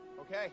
Okay